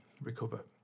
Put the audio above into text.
recover